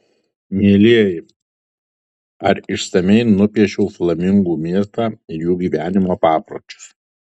mielieji ar išsamiai nupiešiau flamingų miestą ir jų gyvenimo papročius